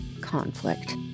conflict